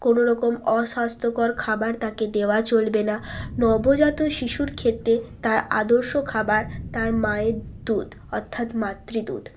কোনো রকম অস্বাস্থ্যকর খাবার তাকে দেওয়া চলবে না নবজাত শিশুর ক্ষেত্রে তার আদর্শ খাবার তার মায়ের দুধ অত্থাৎ মাতৃ দুধ